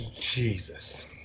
Jesus